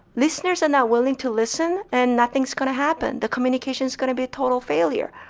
listeners are not willing to listen, and nothing's going to happen. the communication's going to be a total failure,